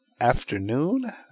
afternoon